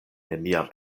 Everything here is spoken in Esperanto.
neniam